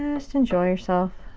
and just enjoy yourself.